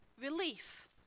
Relief